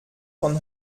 von